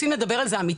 רוצים לדבר על זה אמיתי,